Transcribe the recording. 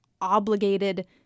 obligated